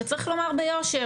שצריך לומר ביושר,